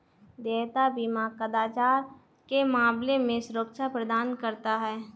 देयता बीमा कदाचार के मामले में सुरक्षा प्रदान करता है